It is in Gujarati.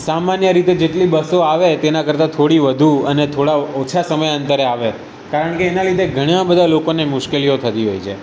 સામાન્ય રીતે જેટલી બસો આવે તેનાં કરતાં થોડી વધુ અને થોડા ઓછા સમયાંતરે આવે કારણકે એનાં લીધે ઘણાં બધા લોકોને મુશ્કેલીઓ થતી હોય છે